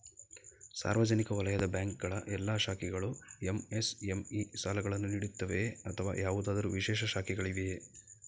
ಸಾರ್ವಜನಿಕ ವಲಯದ ಬ್ಯಾಂಕ್ ಗಳ ಎಲ್ಲಾ ಶಾಖೆಗಳು ಎಂ.ಎಸ್.ಎಂ.ಇ ಸಾಲಗಳನ್ನು ನೀಡುತ್ತವೆಯೇ ಅಥವಾ ಯಾವುದಾದರು ವಿಶೇಷ ಶಾಖೆಗಳಿವೆಯೇ?